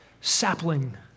sapling